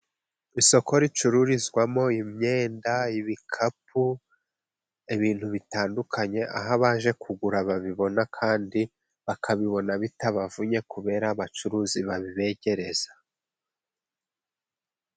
Isoko ricururizwamo imyenda, ibikapu, ibintu bitandukanye, aho abaje kugura babibona kandi bakabibona bitabavunnye, kubera abacuruzi babibegereza.